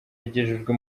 yagejejwe